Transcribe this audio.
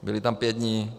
Byli tam pět dní.